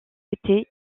été